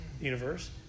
universe